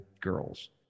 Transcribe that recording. girls